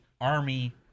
Army